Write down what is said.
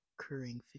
occurring